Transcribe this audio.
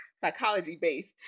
psychology-based